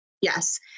Yes